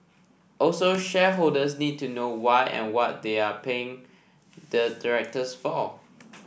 also shareholders need to know why and what they are paying the directors for